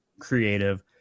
creative